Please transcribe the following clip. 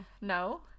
no